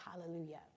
hallelujah